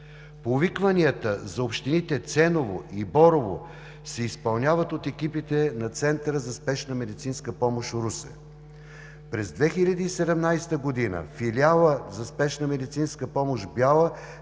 Повикванията за общините Ценово и Борово се изпълняват от екипите на Центъра за спешна медицинска помощ – Русе. През 2017 г. във филиала за спешна медицинска помощ в Бяла